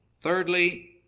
Thirdly